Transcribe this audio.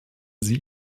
sie